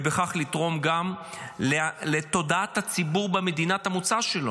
ובכך לתרום גם לתודעת הציבור במדינת המוצא שלו.